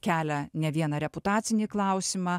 kelia ne vieną reputacinį klausimą